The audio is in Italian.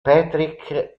patrick